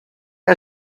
are